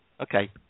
Okay